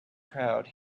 crowd